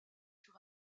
sur